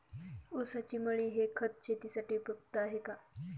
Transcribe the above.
ऊसाची मळी हे खत शेतीसाठी उपयुक्त आहे का?